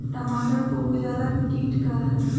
टमाटर पर उजला किट का है?